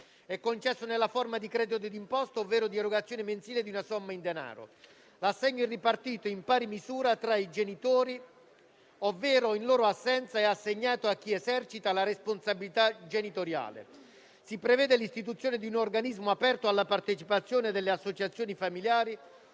È concesso nella forma di credito d'imposta, ovvero di erogazione mensile di una somma in denaro. L'assegno è ripartito in pari misura tra i genitori, ovvero, in loro assenza, è assegnato a chi esercita la responsabilità genitoriale. Si prevede l'istituzione di un organismo aperto alla partecipazione delle associazioni familiari